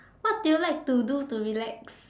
what do you like to do to relax